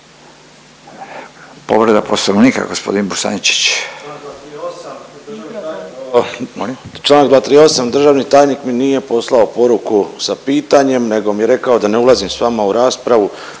(HDZ)** …/Govornik naknadno uključen./… Članak 238., državni tajnik mi nije poslao poruku sa pitanjem nego mi je rekao da ne ulazim s vama u raspravu